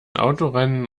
autorennen